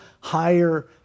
higher